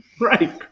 Right